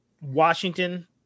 Washington